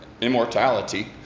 immortality